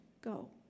go